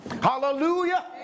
Hallelujah